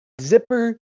zipper